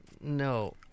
No